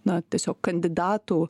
na tiesiog kandidatų